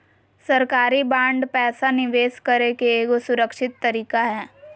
सरकारी बांड पैसा निवेश करे के एगो सुरक्षित तरीका हय